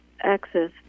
access